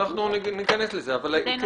אנחנו ניכנס לזה אבל...